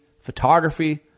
photography